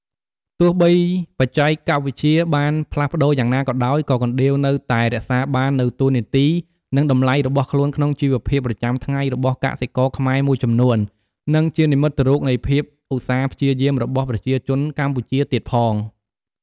ទោះបីបច្ចេកវិទ្យាបានផ្លាស់ប្តូរយ៉ាងណាក៏ដោយ ក៏កណ្ដៀវនៅតែរក្សាបាននូវតួនាទី និងតម្លៃរបស់ខ្លួនក្នុងជីវភាពប្រចាំថ្ងៃរបស់កសិករខ្មែរមួយចំនួន និងជានិមិត្តរូបនៃភាពឧស្សាហ៍ព្យាយាមរបស់ប្រជាជនកម្ពុជាទៀតផង។